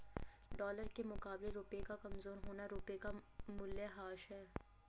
dollar के मुकाबले रुपए का कमज़ोर होना रुपए का मूल्यह्रास है